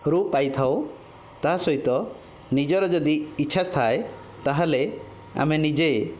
ରୁ ପାଇଥାଉ ତା'ସହିତ ନିଜର ଯଦି ଇଛା ଥାଏ ତାହେଲେ ଆମେ ନିଜେ